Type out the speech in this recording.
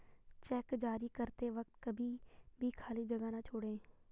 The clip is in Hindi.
चेक जारी करते वक्त कभी भी खाली जगह न छोड़ें